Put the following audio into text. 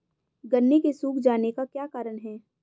गन्ने के सूख जाने का क्या कारण है?